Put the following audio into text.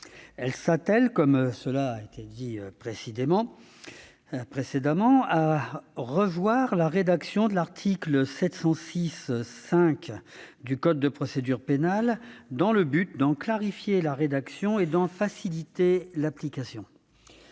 judiciaires. Comme cela a été dit précédemment, elle s'attelle à revoir la rédaction de l'article 706-5 du code de procédure pénale, dans le but d'en clarifier la rédaction et d'en faciliter l'application.